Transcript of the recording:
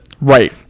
right